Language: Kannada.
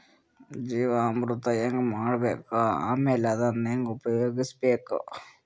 ಜೀವಾಮೃತ ಹೆಂಗ ಮಾಡಬೇಕು ಆಮೇಲೆ ಅದನ್ನ ಹೆಂಗ ಉಪಯೋಗಿಸಬೇಕು?